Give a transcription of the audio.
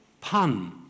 pun